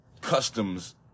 customs